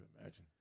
imagine